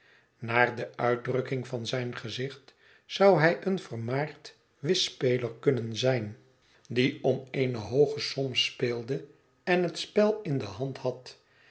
naar de uitdrukking van zijn gezicht zou hij een vermaard whistspeler kunnen zijn die om eene hooge som speelde en het spel in de hand had